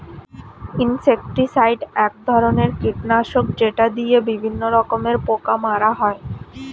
insecticide এক ধরনের কীটনাশক যেটা দিয়ে বিভিন্ন রকমের পোকা মারা হয়